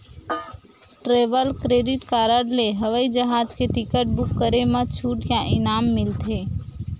travel credit card ले हवई जहाज के टिकट बूक करे म छूट या इनाम मिलथे